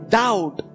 doubt